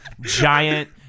giant